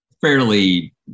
fairly